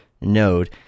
node